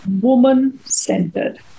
woman-centered